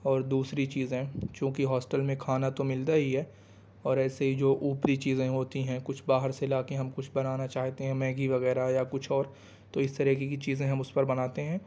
اور دوسری چیزیں چونکہ ہاسٹل میں کھانا تو ملتا ہی ہے اور ایسے ہی جو اوپری چیزیں ہوتی ہیں کچھ باہر سے لا کے ہم کچھ بنانا چاہتے ہیں میگی وغیرہ یا کچھ اور تو اس طریقے کی چیزیں ہم اس پر بناتے ہیں